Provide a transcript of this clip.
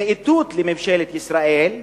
זה איתות לממשלת ישראל,